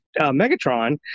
Megatron